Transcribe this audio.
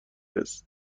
است